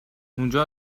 اونجا